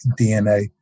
DNA